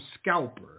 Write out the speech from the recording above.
scalper